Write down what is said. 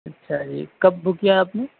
اچھا جی کب بک کیا آپ نے